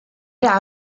era